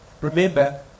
Remember